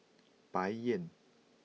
Bai Yan